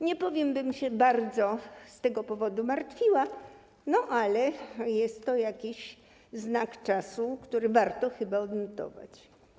Nie powiem, bym się bardzo z tego powodu martwiła, ale jest to jakiś znak czasu, który warto chyba odnotować.